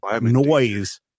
noise